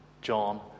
John